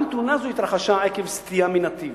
גם תאונה זו התרחשה עקב סטייה מנתיב,